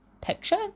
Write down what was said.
picture